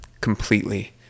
completely